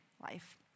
life